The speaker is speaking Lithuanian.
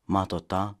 mato tą